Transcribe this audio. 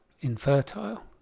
infertile